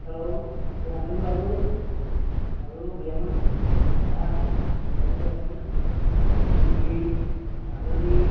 आथिखालाव सोरांदोंब्लाबो आगोलाव गैयामोन दा जियानो जाथों फैयै फैयै आगोलनि